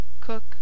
Cook